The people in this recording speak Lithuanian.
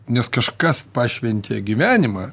nes kažkas pašventė gyvenimą